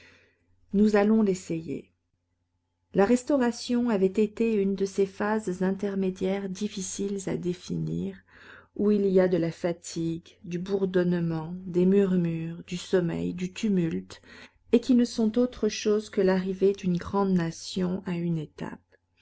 nous allons l'essayer la restauration avait été une de ces phases intermédiaires difficiles à définir où il y a de la fatigue du bourdonnement des murmures du sommeil du tumulte et qui ne sont autre chose que l'arrivée d'une grande nation à une étape